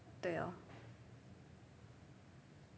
对 lor